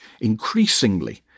increasingly